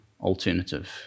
alternative